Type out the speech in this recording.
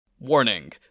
Warning